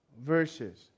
verses